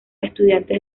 estudiantes